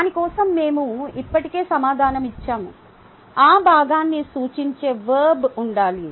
దాని కోసం మేము ఇప్పటికే సమాధానం ఇచ్చాము ఆ భాగాన్ని సూచించే వర్బ్ ఉండాలి